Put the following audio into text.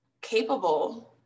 capable